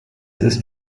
ist